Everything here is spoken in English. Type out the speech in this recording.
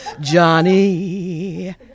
Johnny